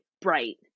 bright